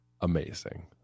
amazing